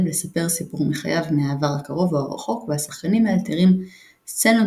לספר סיפור מחייו מהעבר הקרוב או הרחוק והשחקנים מאלתרים סצנות